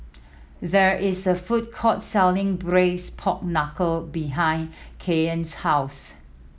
there is a food court selling braise pork knuckle behind Caryn's house